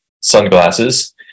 sunglasses